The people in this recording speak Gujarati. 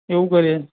એવું કરીએ